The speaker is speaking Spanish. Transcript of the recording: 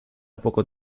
poco